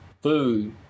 food